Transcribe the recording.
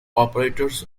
operators